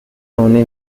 هانی